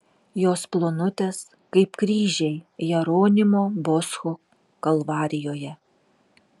jos plonutės kaip kryžiai jeronimo boscho kalvarijoje